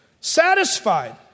Satisfied